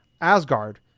Asgard